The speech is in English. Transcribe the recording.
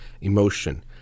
emotion